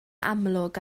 amlwg